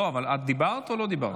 לא, אבל את דיברת או לא דיברת?